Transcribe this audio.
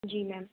जी ma'am